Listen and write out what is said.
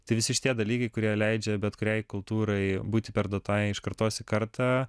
tai visi šitie dalykai kurie leidžia bet kuriai kultūrai būti perduotai iš kartos į kartą